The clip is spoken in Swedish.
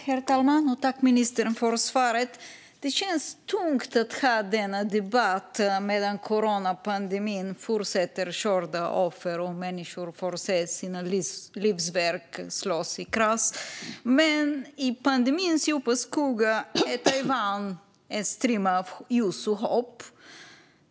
Herr talman! Tack, ministern, för svaret! Det känns tungt att ha denna debatt medan coronapandemin fortsätter att skörda offer och människor får se sina livsverk gå i kras. Men i pandemins djupa skugga är Taiwan en strimma av ljus och hopp.